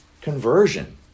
Conversion